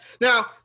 now